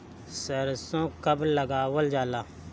सरसो कब लगावल जाला?